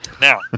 Now